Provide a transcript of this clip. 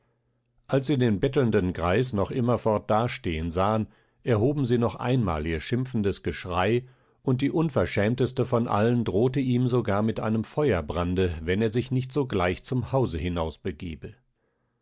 als sie den bettelnden greis noch immerfort dastehen sahen erhoben sie noch einmal ihr schimpfendes geschrei und die unverschämteste von allen drohte ihm sogar mit einem feuerbrande wenn er sich nicht sogleich zum hause